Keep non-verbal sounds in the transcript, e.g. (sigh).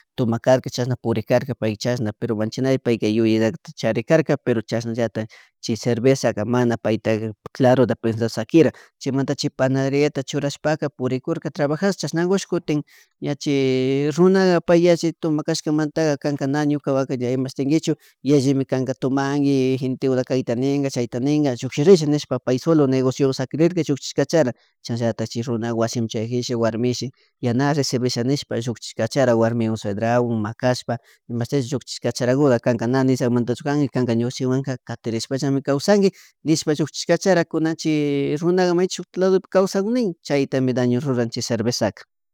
Tomakarka chashna purikkarka pay chashna pero manchañay yuyaktaka charik karka pero chasnallatak chay cerverzaka mana payta claroto pensa sakira chaymanta chay panaderia churashpaka purikurka trabajash chashnakush kutin ña chay (hesitation) runaka pay yalli tumakashkamantaka kanka na ñuka wawa emashtichinkichu yallimi kanaka tomanki gente kuna kayta ninka chay ninka llukshirisha pay solo negociwan sakirirka shukshisk cachara chasnallatak chay runa wasimun chayajishi warmishi ña na recibishanishpa shushikachara warmiwan suegrawan makashpa imashti llukshi (unintelligible) kanka na Nizagmantachu kanki kanka ñukanchikwanka katirishpallami kawsanki nishpa llukshik cachara kunan chi (hesitation) chay runaka may shuktik ladopi kawsakun nin chaytami daño ruran chay cervezaka